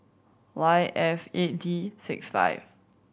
Y F eight D six five